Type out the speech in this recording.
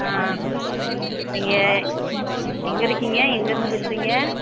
ஆ நீங்கள் எங்கேருக்கீங்க எங்கேருந்து பேசுகிறீங்க